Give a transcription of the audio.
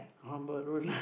uh maroon